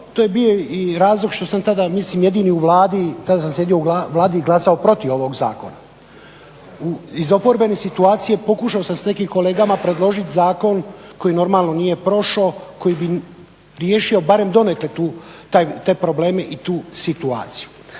To je bio razlog što sam tada mislim jedini u vladi tada sam sjedio u vladi i glasao protiv ovog zakona. Iz oporbene situacije pokušao sam s nekim kolegama predložiti zakon koji normalno nije prošao koji bi riješio barem donekle te probleme i tu situaciju.